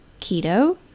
Keto